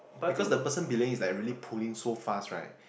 because the person belaying is like really pulling so fast right